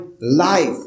life